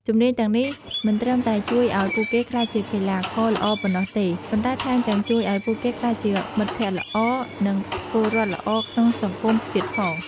ជំនាញទាំងនេះមិនត្រឹមតែជួយឱ្យពួកគេក្លាយជាកីឡាករល្អប៉ុណ្ណោះទេ ប៉ុន្តែថែមទាំងជួយឱ្យពួកគេក្លាយជាមិត្តភក្តិល្អ និងពលរដ្ឋល្អក្នុងសង្គមទៀតផង។